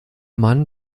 mann